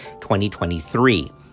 2023